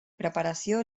preparació